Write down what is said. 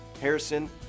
Harrison